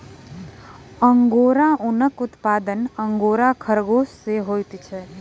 angora ऊनक उत्पादन angora खरगोश सॅ होइत अछि